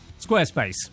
Squarespace